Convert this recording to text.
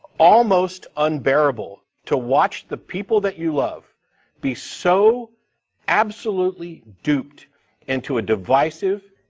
almost unbearable to watch the people that you love be so absolutely duped into a divisive,